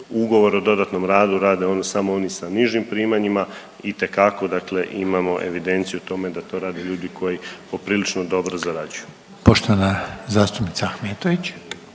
ugovor o dodatnom radu rade samo oni sa nižim primanjima, itekako dakle imamo evidenciju o tome da to rade ljudi koji poprilično dobro zarađuju.